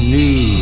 new